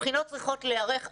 הבחינות צריכות להיערך עכשיו,